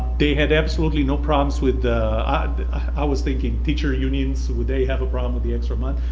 they had absolutely no problems with the i was thinking teacher unions would they have a problem with the extra month.